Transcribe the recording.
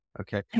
Okay